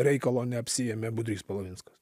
reikalo neapsiėmė budrys palavinskas